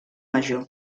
major